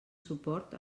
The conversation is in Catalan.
suport